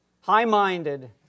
high-minded